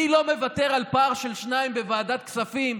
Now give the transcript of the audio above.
אני לא מוותר על פער של שניים בוועדת כספים,